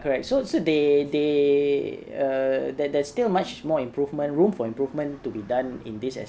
correct so so they they err that there's still much more improvement room for improvement to be done in this